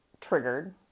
triggered